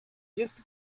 jest